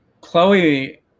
Chloe